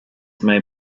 may